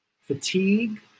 fatigue